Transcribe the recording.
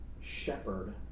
shepherd